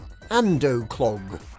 Andoclog